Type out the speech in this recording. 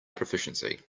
proficiency